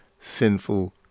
sinful